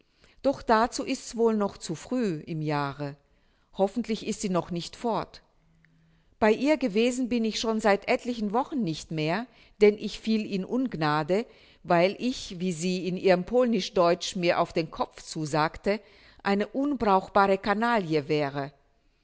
doch dazu ist's wohl noch zu früh im jahre hoffentlich ist sie noch nicht fort bei ihr gewesen bin ich schon seit etlichen wochen nicht mehr denn ich fiel in ungnade weil ich wie sie in ihrem polnisch deutsch mir auf den kopf zu sagte eine unbrauchbare canaille wäre